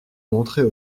montrait